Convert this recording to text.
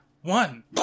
One